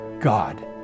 God